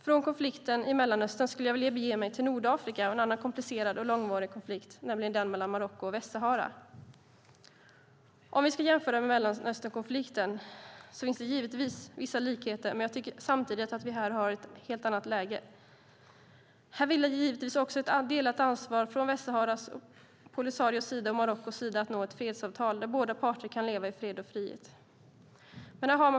Från konflikten i Mellanöstern skulle jag vilja bege mig till Nordafrika och en annan komplicerad och långvarig konflikt, nämligen den mellan Marocko och Västsahara. Om vi ska jämföra med Mellanösternkonflikten finns det givetvis vissa likheter, men jag tycker samtidigt att vi här har ett helt annat läge. Här vilar givetvis också ett delat ansvar från Västsaharas och Polisarios sida och Marockos sida att nå ett fredsavtal där båda parter kan leva i fred och frihet.